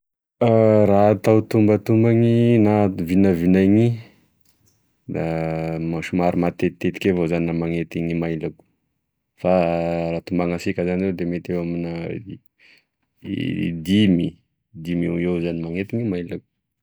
Raha atao tombatombany na vinavinainy da somary matetitetiky avao zany aho manety ny mailako fa raha tombanasika zany de mety eo amina dimy dimy eoeo zany manety ny mailako.